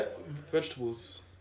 Vegetables